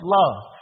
love